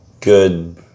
Good